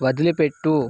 వదిలిపెట్టు